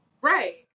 Right